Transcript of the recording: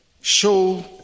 show